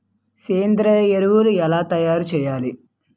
సేంద్రీయ ఎరువులు ఎలా తయారు చేయాలి?